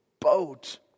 boat